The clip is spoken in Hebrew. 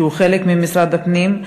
שהוא חלק ממשרד הפנים,